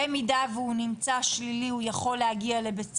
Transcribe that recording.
במידה שהוא נמצא שלילי הוא יכול להגיע לבית הספר,